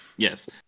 Yes